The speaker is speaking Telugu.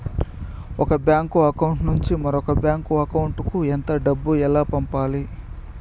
ఒక బ్యాంకు అకౌంట్ నుంచి మరొక బ్యాంకు అకౌంట్ కు ఎంత డబ్బు ఎలా పంపాలి